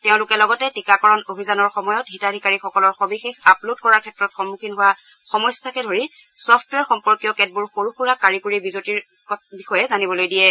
তেওঁলোকে লগতে টীকাকৰণ অভিযানৰ সময়ত হিতাধিকাৰীসকলৰ সবিশেষ আপলোড কৰাৰ ক্ষেত্ৰত সম্মুখীন হোৱা সমস্যাকে ধৰি ছফটৱেৰ সম্পৰ্কীয় কেতবোৰ সৰু সুৰা কাৰিকৰী বিজুতিৰ বিষয়ে জানিবলৈ দিয়ে